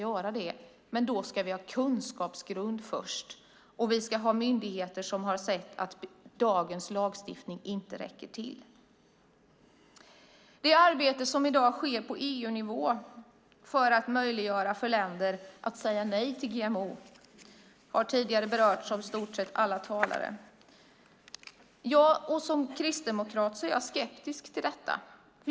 Först måste vi dock ha kunskapsgrund och myndigheter som har sett att dagens lagstiftning inte räcker till. Det arbete som i dag sker på EU-nivå för att möjliggöra för länder att säga nej till GMO har tidigare berörts av i stort sett alla talare. Som kristdemokrat är jag skeptisk till detta.